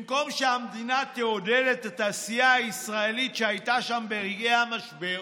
במקום שהמדינה תעודד את התעשייה הישראלית שהייתה שם ברגעי המשבר,